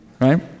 Right